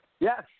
Yes